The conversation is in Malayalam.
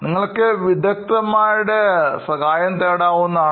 നിങ്ങൾക്ക് വിദഗ്ധന്മാരുടെ സഹായം തേടാവുന്നതാണ്